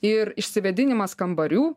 ir išsivėdinimas kambarių